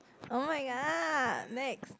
oh-my-god next